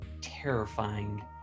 terrifying